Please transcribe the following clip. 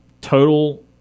Total